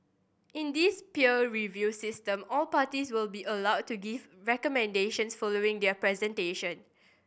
in this peer review system all parties will be allowed to give recommendations following their presentation